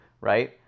right